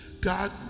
God